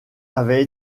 avaient